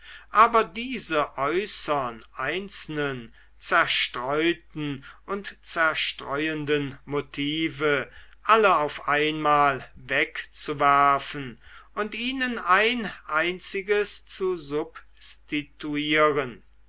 aber diese äußern einzelnen zerstreuten und zerstreuenden motive alle auf einmal wegzuwerfen und ihnen ein einziges zu